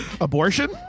Abortion